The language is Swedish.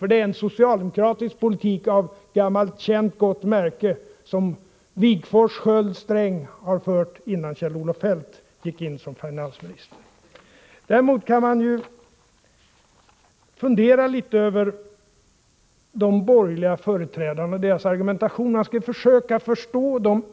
Det blir nog en socialdemokratisk politik av gammalt gott märke, som Wigforss, Sköld och Sträng har fört innan Kjell-Olof Feldt gick in som finansminister. Däremot kan man ju fundera litet över de borgerliga företrädarnas argumentation. Man skall ju ändå försöka förstå dem.